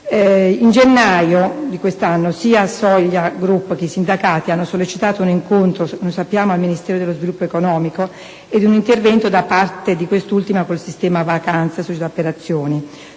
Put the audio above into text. In gennaio di quest'anno sia Soglia Group che i sindacati hanno sollecitato un incontro presso il Ministero dello sviluppo economico ed un intervento da parte di quest'ultimo con la Sistema Vacanze s.p.a.